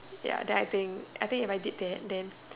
ya then I think I think if I did that then